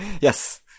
Yes